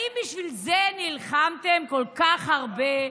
האם בשביל זה נלחמתם כל כך הרבה,